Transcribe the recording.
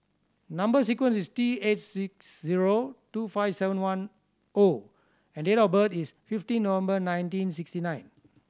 number sequence is T eight six zero two five seven one O and date of birth is fifteen November nineteen sixty nine